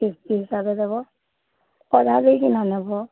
ଅଧା ଦେଇକିନା ନେବ